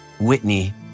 Whitney